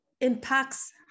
impacts